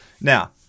Now